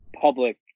public